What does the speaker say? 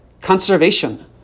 conservation